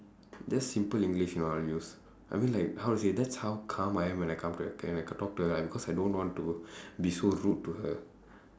just simple English you know I'll use I mean like how to say that's how calm I am when I come when I talk to her because I don't want to be so rude to her